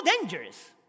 dangerous